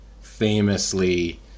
famously